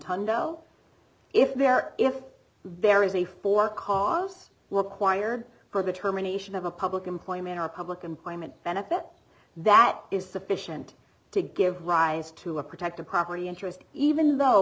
tonneau if there if there is a for cause required for determination of a public employment or public employment benefit that is sufficient to give rise to a protective property interest even though